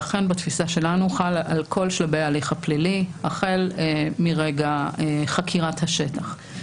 אכן בתפיסה שלנו חלה על כל שלבי ההליך הפלילי החל מרגע חקירת השטח.